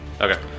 Okay